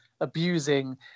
abusing